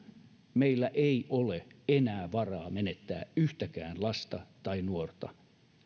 meillä ei ole enää varaa menettää yhtäkään lasta tai nuorta